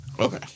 Okay